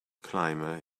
climber